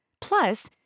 Plus